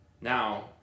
now